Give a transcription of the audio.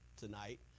tonight